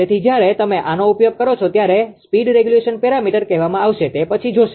તેથી જ્યારે તમે આનો ઉપયોગ કરો છો ત્યારે સ્પીડ રેગ્યુલેશન પેરામીટર કહેવામાં આવશે તે પછી જોશે